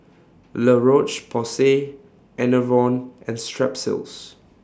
La Roche Porsay Enervon and Strepsils